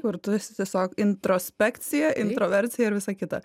kur tu esi tiesiog introspekcija introversija ir visa kita